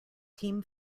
team